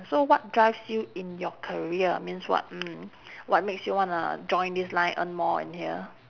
so what drives you in your career means what mm what makes you wanna join this line earn more in here